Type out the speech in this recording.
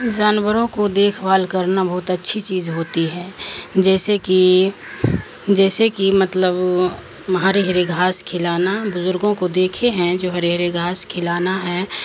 جانوروں کو دیکھ بھال کرنا بہت اچھی چیز ہوتی ہے جیسے کہ جیسے کہ مطلب ہر ہرے گھاس کھلانا بزرگوں کو دیکھے ہیں جو ہر ہرے گھاس کھلانا ہے